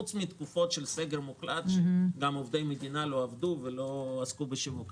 פרט לתקופות של סגר מוחלט שאז גם עובדי המדינה לא עבדו ולא עסקו בשיווק,